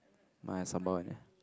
mine has sambal one